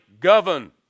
govern